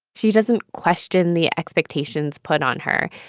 she doesn't question the expectations put on her.